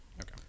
Okay